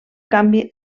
canvi